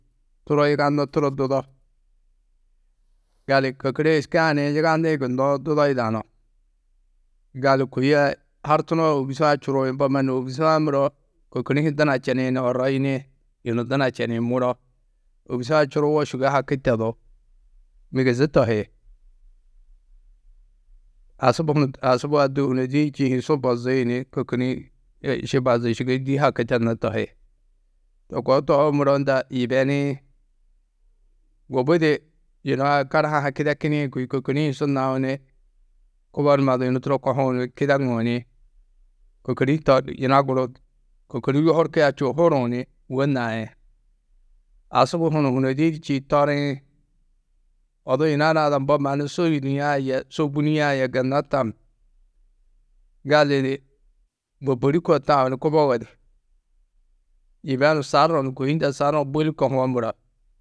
Turo yiganno turo dudo, gali kôkore êska-ã ni yigani-ĩ gunnó dudo yidanú. Gali kôi a hartunoo ôbusu-ã čurui, mbo mannu ôbusu-ã muro kôkori-ĩ hi duna čeni ni oroyini. Yunu duna čenĩ muro. Ôbusu-ã čuruwo sûgoi haki tedú migizi tohî. Asubu, asubu a du hûrodi-ĩ hi čî hi su bozĩ ni kôkori-ĩ ši bazi ni sugoi dî haki tennó tohi. To koo tohoo muro unda yibeniĩ. Gubudi yunu-ã karaha-ã ha kidekinĩ kôi kôkori-ĩ hi su nau ni kubo numa du yunu turo kohuũ ni kideŋuũ ni kôkori to yina guru kôkori yuhurkia čûo huruũ ni wô nai. Asubu hunu hûrodi-ĩ čiĩ toriĩ. Odu yina naa ada mbo mannu su yûdiã yê su bûniã yê gunna tam. Gali ni bôkori koo tau ni kubogo di yibenu sarru ni kôi hundã sarruũ bôli kohuwo muro.